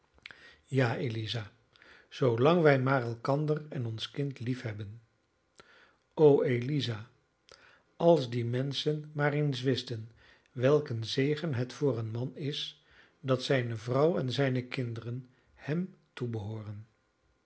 ja eliza zoolang wij maar elkander en ons kind liefhebben o eliza als die menschen maar eens wisten welk een zegen het voor een man is dat zijne vrouw en zijne kinderen hem toebehooren